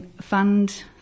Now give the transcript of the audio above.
fund